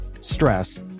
stress